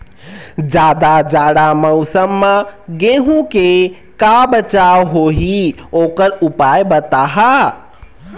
जादा जाड़ा मौसम म गेहूं के का बचाव होही ओकर उपाय बताहा?